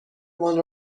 مان